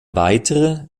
weitere